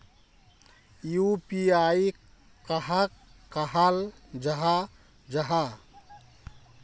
UPI कहाक कहाल जाहा जाहा?